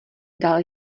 dal